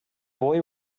boy